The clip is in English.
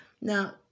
Now